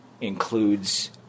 includes